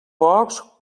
porcs